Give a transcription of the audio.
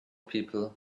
people